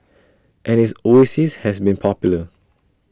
and his oasis has been popular